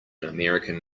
american